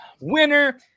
winner